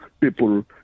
people